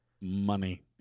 Money